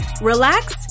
relax